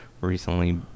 recently